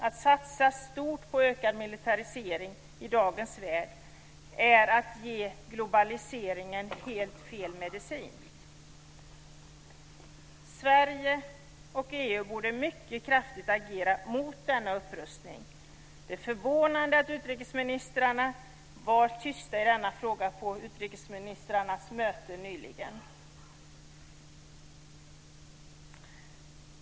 Att satsa stort på ökad militarisering i dagens värld är helt fel medicin mot globaliseringen. Sverige och EU borde mycket kraftigt agera mot denna upprustning. Det är förvånande att utrikesministrarna vid sitt möte nyligen var tysta i denna fråga.